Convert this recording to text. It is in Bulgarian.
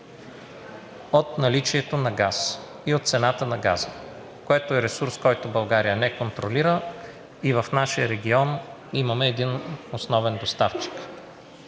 от наличието на газ и от цената на газа, което е ресурс, който България не контролира и в нашия регион имаме един основен доставчик,